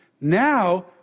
Now